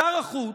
שר החוץ,